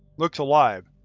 looks alive.